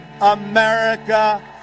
America